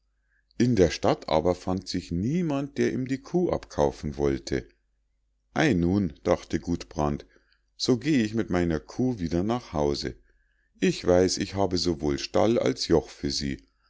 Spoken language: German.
in der stadt aber fand sich niemand der ihm die kuh abkaufen wollte ei nun dachte gudbrand so geh ich mit meiner kuh wieder nach hause ich weiß ich habe sowohl stall als joch für sie